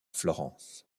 florence